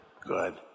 Good